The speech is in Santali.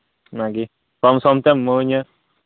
ᱚᱱᱟᱜᱮ ᱠᱚᱢ ᱥᱚᱢ ᱛᱮᱢ ᱮᱢᱟ ᱟᱹᱧᱟ